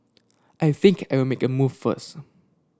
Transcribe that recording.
I think I'll make a move first